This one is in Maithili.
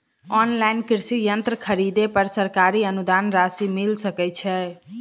ऑनलाइन कृषि यंत्र खरीदे पर सरकारी अनुदान राशि मिल सकै छैय?